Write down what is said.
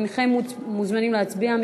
הנכם מוזמנים להצביע.